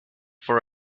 for